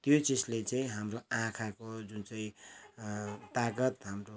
त्यो चिजले चाहिँ हाम्रो आँखाको जुन चाहिँ ताकत हाम्रो